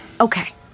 Okay